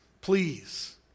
please